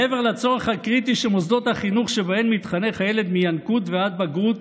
מעבר לצורך הקריטי שמוסדות החינוך שבהם מתחנך הילד מינקות ועד בגרות